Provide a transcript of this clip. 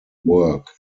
work